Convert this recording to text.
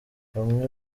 bamwe